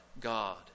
God